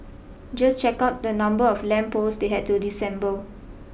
just check out the number of lamp posts they had to disassemble